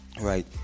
right